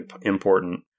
important